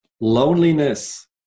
loneliness